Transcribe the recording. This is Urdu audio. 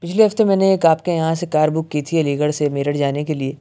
پچھلے ہفتے میں نے ایک آپ کے یہاں سے کار بک کی تھی علی گڑھ سے میرٹھ جانے کے لیے